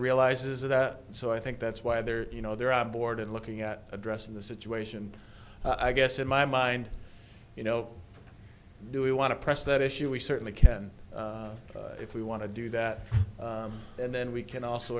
realizes that so i think that's why they're you know they're on board and looking at addressing the situation i guess in my mind you know do we want to press that issue we certainly can if we want to do that and then we can also